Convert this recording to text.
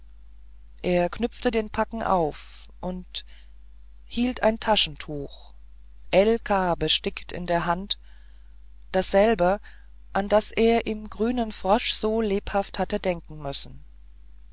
er knüpfte den packen auf und hielt ein taschentuch l k bestickt in der hand dasselbe an das er im grünen frosch so lebhaft hatte denken müssen